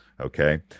Okay